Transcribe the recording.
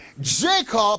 Jacob